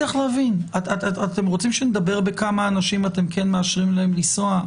אתם רוצים שנדבר בכמה אנשים אתם כן מאשרים להם לנסוע?